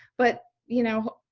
but, you know,